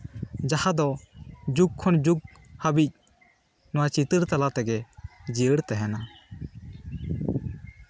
ᱡᱟᱦᱟᱸ ᱫᱚ ᱡᱩᱜᱽ ᱠᱷᱚᱱ ᱡᱩᱜᱽ ᱦᱟᱹᱵᱤᱡ ᱱᱚᱣᱟ ᱪᱤᱛᱟᱹᱨ ᱛᱟᱞᱟᱛᱮᱜᱮ ᱡᱤᱭᱟᱹᱲ ᱛᱟᱦᱮᱱᱟ